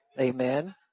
Amen